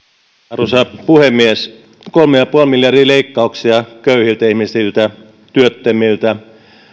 arvoisa puhemies kolme pilkku viisi miljardia leikkauksia köyhiltä ihmisiltä työttömiltä